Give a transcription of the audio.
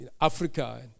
Africa